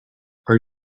are